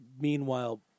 Meanwhile